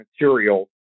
material